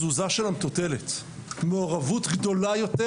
תזוזה של המטוטלת, מעורבות גדולה יותר